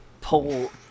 pull